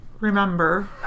remember